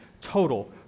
total